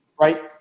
right